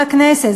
לכנסת.